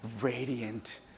radiant